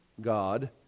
God